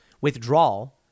withdrawal